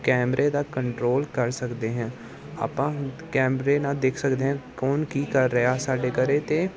ਕੈਮਰੇ ਦਾ ਕੰਟਰੋਲ ਕਰ ਸਕਦੇ ਹਾਂ ਆਪਾਂ ਕੈਮਰੇ ਨਾਲ ਦੇਖ ਸਕਦੇ ਹਾਂ ਕੌਣ ਕੀ ਕਰ ਰਿਹਾ ਸਾਡੇ ਘਰ ਅਤੇ